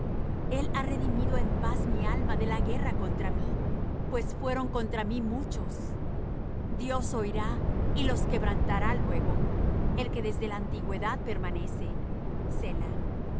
el ha redimido en paz mi alma de la guerra contra mí pues fueron contra mí muchos dios oirá y los quebrantará luego el que desde la antigüedad permanece